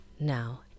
Now